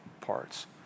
parts